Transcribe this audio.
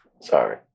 Sorry